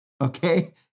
okay